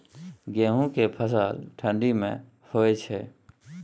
गेहूं के फसल ठंडी मे होय छै?